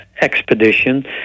expedition